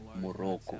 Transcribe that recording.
Morocco